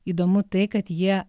įdomu tai kad jie